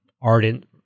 ardent